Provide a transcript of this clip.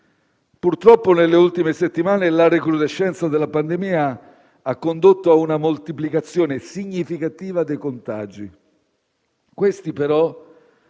Purtroppo nelle ultime settimane la recrudescenza della pandemia ha condotto a una moltiplicazione significativa dei contagi. Questi, però,